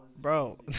Bro